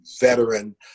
veteran